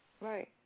Right